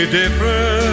different